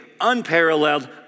unparalleled